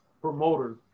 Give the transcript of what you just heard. promoter